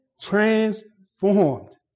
transformed